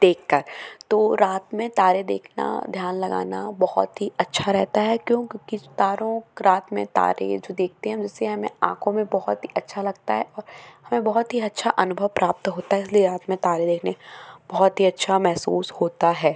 देखकर तो रात में तारे देखना ध्यान लगाना बहुत ही अच्छा रहता है क्योंकि तारों रात में तारे जो देखते हैं उनसे हमें आँखों में बहुत ही अच्छा लगता है और हमें बहुत ही अच्छा अनुभव प्राप्त होता है इसलिए रात में तारे देखने बहुत ही अच्छा महसूस होता है